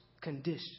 condition